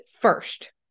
first